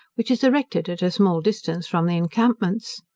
which is erected at a small distance from the encampments.